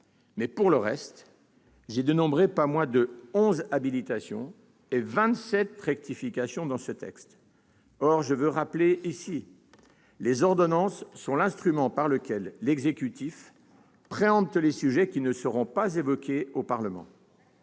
Mais, pour le reste, j'ai dénombré pas moins de onze habilitations et vingt-sept ratifications dans le texte ! Or, je le rappelle, les ordonnances sont l'instrument par lequel l'exécutif préempte les sujets qui ne seront pas évoqués au Parlement.